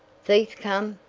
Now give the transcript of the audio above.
thief come?